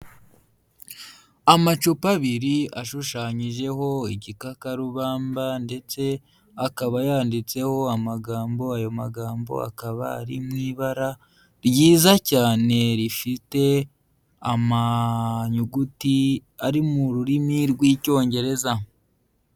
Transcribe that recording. Amacupa abiri ashushanyijeho igikakarubamba, ndetse akaba yanditseho amagambo, ayo magambo akaba ari mu ibara ryiza cyane rifite amanyuguti ari mu rurimi rw'Icyongereza.